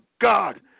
God